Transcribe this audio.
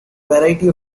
variety